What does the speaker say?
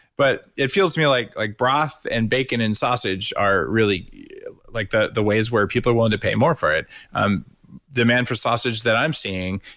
but it feels to me like like broth and bacon and sausage are really like the the ways where people are willing to pay more for it demand for sausage that i'm seeing.